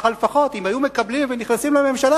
אם לפחות היו מקבלים ונכנסים לממשלה,